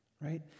right